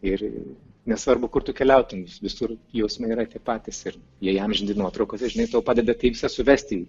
ir nesvarbu kur tu keliautum visur jausmai yra tie patys ir jie įamžinti nuotraukose žinai tau padeda tai suvesti